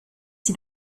sie